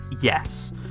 yes